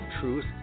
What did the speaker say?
Truth